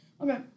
Okay